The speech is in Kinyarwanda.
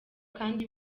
kandi